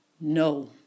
No